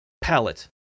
palette